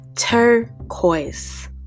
turquoise